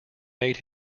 made